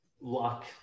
Luck